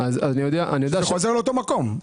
זה חוזר לאותו מקום.